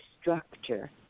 structure